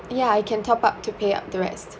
ya I can top up to pay up the rest